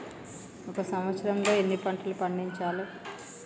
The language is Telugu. ఒక సంవత్సరంలో ఎన్ని పంటలు పండించాలే?